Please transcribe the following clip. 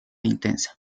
intensa